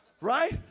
Right